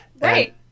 right